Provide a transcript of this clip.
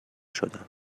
شدم